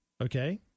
okay